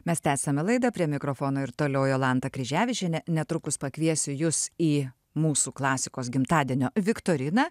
mes tęsiame laidą prie mikrofono ir toliau jolanta kryževičienė netrukus pakviesiu jus į mūsų klasikos gimtadienio viktoriną